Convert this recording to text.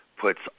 puts